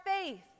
faith